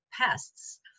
pests